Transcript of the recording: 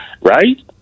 right